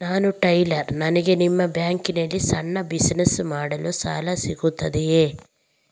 ನಾನು ಟೈಲರ್, ನನಗೆ ನಿಮ್ಮ ಬ್ಯಾಂಕ್ ನಲ್ಲಿ ಸಣ್ಣ ಬಿಸಿನೆಸ್ ಮಾಡಲು ಸಾಲ ಸಿಗುತ್ತದೆಯೇ?